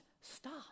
stop